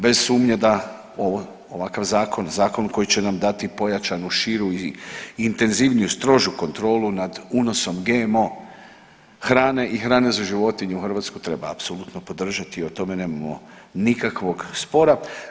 Bez sumnje da ovakav zakon, zakon koji će nam dati pojačanu širu i intenzivniju, strožu kontrolu nad unosom GMO hrane i hrane za životinje u Hrvatsku treba apsolutno podržati i o tome nemamo nikakvog spora.